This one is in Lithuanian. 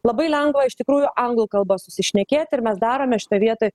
labai lengva iš tikrųjų anglų kalba susišnekėti ir mes darome šitoj vietoj